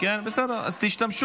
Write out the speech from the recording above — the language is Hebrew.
אומנם קראת רק את פינדרוס,